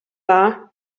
dda